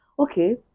okay